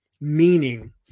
meaning